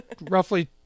roughly